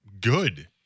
good